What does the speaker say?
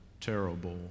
terrible